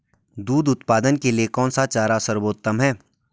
दूध उत्पादन के लिए कौन सा चारा सर्वोत्तम है?